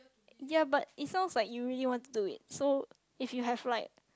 ya but it sounds like you really want to do it so if you have like